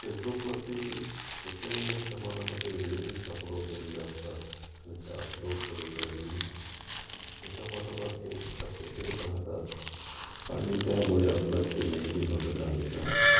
फेसबुकवरती प्रचंड प्रमाणामध्ये reels upload केलेले असतात आणि त्या अपलोड केलेले रील्स एका पाठोपाठ एक असे येत राहतात आणि त्यामुळे आपला ते नेहमी बघत रहाव्याशा वाटतात